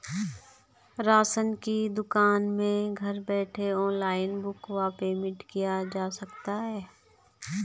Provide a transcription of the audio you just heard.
Ration की दुकान में घर बैठे ऑनलाइन बुक व पेमेंट किया जा सकता है?